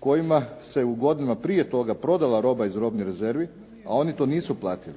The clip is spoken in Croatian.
kojima se u godinama prije toga prodala roba iz robnih rezervi, a oni to nisu platili.